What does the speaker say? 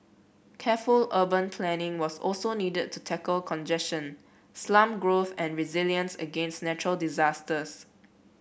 careful urban planning was also needed to tackle congestion slum growth and resilience against natural disasters